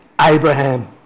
Abraham